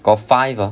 got five ah